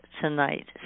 tonight